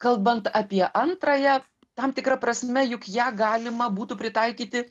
kalbant apie antrąją tam tikra prasme juk ją galima būtų pritaikyti